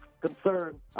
concern